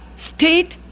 state